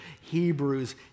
hebrews